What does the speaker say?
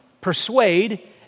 persuade